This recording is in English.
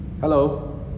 Hello